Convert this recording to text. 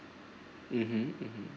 (uh huh) (uh huh)